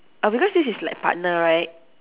uh because this is like partner right